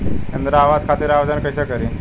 इंद्रा आवास खातिर आवेदन कइसे करि?